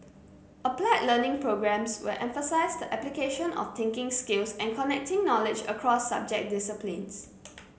applied Learning programmes will emphasise the application of thinking skills and connecting knowledge across subject disciplines